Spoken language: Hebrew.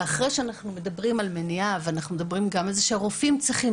אנחנו מדברים על מניעה ועל זה שהרופאים גם צריכים